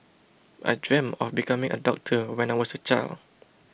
I dreamt of becoming a doctor when I was a child